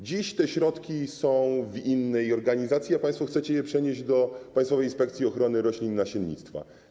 Dziś te środki są w innej organizacji, a państwo chcecie je przenieść do Państwowej Inspekcji Ochrony Roślin i Nasiennictwa.